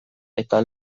eta